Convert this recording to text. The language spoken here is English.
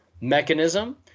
mechanism